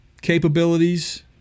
capabilities